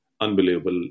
Unbelievable